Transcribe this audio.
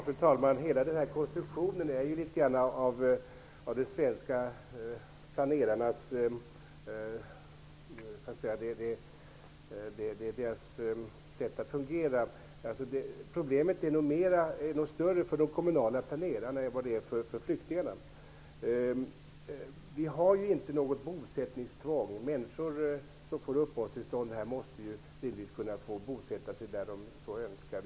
Fru talman! Hela konstruktionen är något av de svenska planerarnas sätt att fungera. Problemet är nog större för de kommunala planerarna än vad det är för flyktingarna. Vi har inte något bosättningstvång. Människor som får uppehållstillstånd här måste ju rimligtvis få bosätta sig där de önskar.